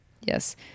Yes